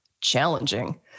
challenging